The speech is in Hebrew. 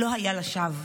לא היה לשווא.